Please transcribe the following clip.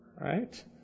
right